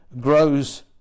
grows